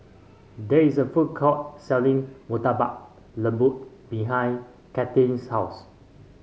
there is a food court selling Murtabak Lembu behind Cathryn's house